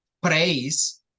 praise